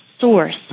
source